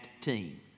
team